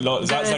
זה